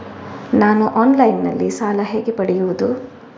ನಾನು ಆನ್ಲೈನ್ನಲ್ಲಿ ಸಾಲ ಹೇಗೆ ಪಡೆಯುವುದು?